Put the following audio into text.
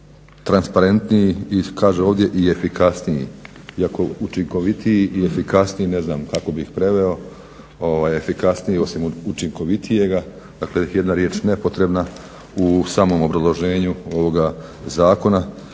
i kaže ovdje i efikasniji, iako učinkovitiji i efikasniji, ne znam kako bih preveo efikasniji osim učinkovitijega. Dakle jedna riječ nepotrebna u samom obrazloženju ovoga zakona.